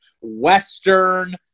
Western